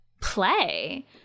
play